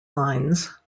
lines